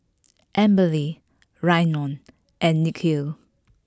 Amberly Rhiannon and Nikhil